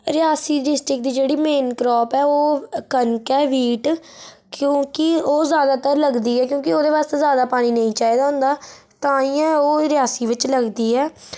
Reasi district दी जेह्ड़ी main crop ऐ ओह् कनक ऐ वीट क्योंकि ओह् ज्यादातर लगदी ऐ क्योंकि ओह्दे आस्तै ज्यादा पानी नेई चाहिदा हुंदा ताइयें ओह् रियासी बिच लगदी ऐ